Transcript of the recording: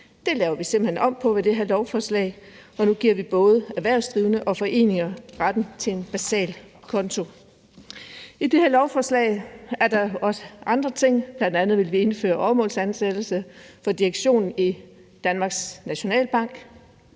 Det laver vi simpelt hen om på med det her lovforslag, og nu giver vi både erhvervsdrivende og foreninger retten til en basal konto. I det her lovforslag er der også andre ting, bl.a. vil vi indføre åremålsansættelse for direktionen i Danmarks Nationalbank.